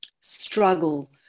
struggle